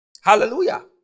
Hallelujah